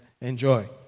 enjoy